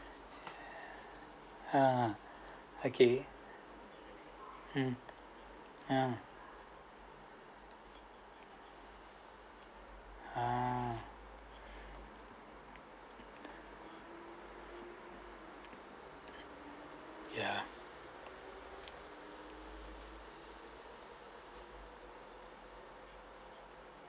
ah okay mm ya ah ya ya